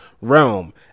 realm